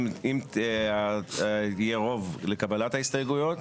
אם יהיה רוב לקבלת ההסתייגויות,